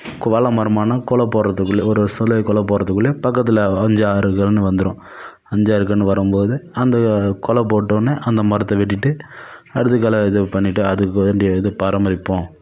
கோ வாழ மரமானால் குலை போடுறதுக்குள்ளே ஒரு குலைய குலை போடுறதுக்குள்ளே பக்கத்தில் அஞ்சு ஆறு கன்று வந்துடும் அஞ்சு ஆறு கன்று வரும்போது அந்த குலை போட்டொவுன்னே அந்த மரத்தை வெட்டிவிட்டு அடுத்த குலை இது பண்ணிவிட்டு அதுக்கு வேண்டிய இது பாரமரிப்போம்